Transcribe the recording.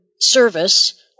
service